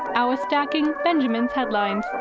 our stacking benjamins headlines.